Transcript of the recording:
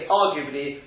arguably